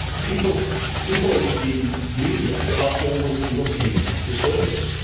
people people in in media are always looking for stories.